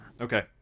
Okay